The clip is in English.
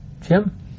jim